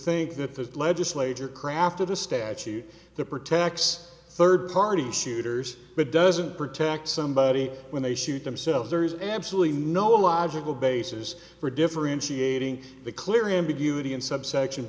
think that the legislature crafted a statute that pretax third party shooters but doesn't protect somebody when they shoot themselves there is absolutely no logical basis for differentiating the clear ambiguity in subsection